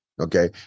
Okay